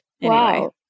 Wow